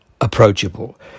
approachable